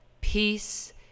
Peace